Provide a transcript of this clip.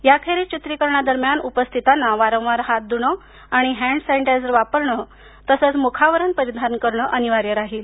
याखेरीज चित्रकरणादरम्यान उपस्थितांना वारंवार हात धुणे आणि हँड सॅनिटायझर वापरणे आणि मुखावरण परिधान करणे अनिवार्य राहील